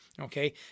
Okay